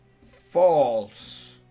false